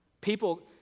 People